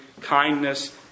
kindness